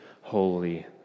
holy